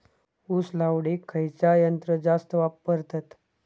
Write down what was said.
ऊस लावडीक खयचा यंत्र जास्त वापरतत?